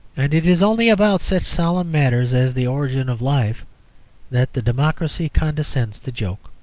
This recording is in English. and it is only about such solemn matters as the origin of life that the democracy condescends to joke.